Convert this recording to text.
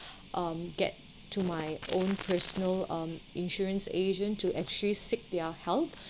um get to my own personal um insurance agent to actually seek their help